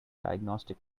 diagnostic